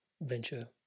Venture